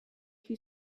who